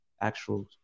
actual